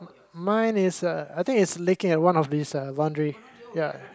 mine is uh I think it's licking on one of these uh laundry ya